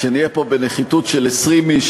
כשנהיה פה בנחיתות של 20 איש,